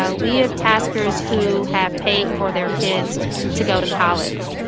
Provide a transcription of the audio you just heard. ah we have taskers who have paid for their kids to go to college.